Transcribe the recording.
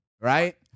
right